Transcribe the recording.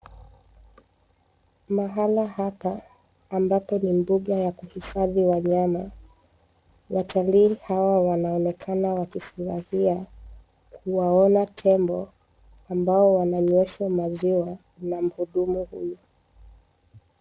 Mahali hapa amabpo ni mbuga ys kuhifadhi wanyama, watalii hawa wanaonekana wakifurahia kuwaona tembo ambao wananyeshwa maziwa na mhudumu huyu.